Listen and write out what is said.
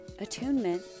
attunement